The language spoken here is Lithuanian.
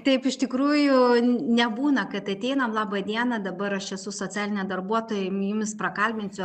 taip iš tikrųjų nebūna kad ateinam laba diena dabar aš esu socialinė darbuotoja jumis prakalbinsiu